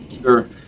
Sure